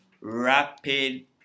rapid